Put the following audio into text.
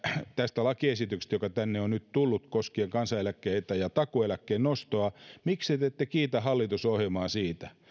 tästä lakiesityksestä joka tänne on nyt tullut koskien kansaneläkkeen ja takuueläkkeen nostoa niin miksi te te ette kiitä hallitusohjelmaa siitä